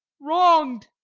wronged,